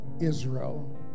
Israel